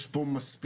יש פה מספיק,